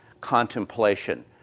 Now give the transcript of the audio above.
contemplation